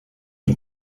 une